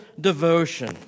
devotion